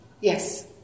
Yes